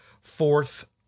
fourth